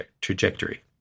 trajectory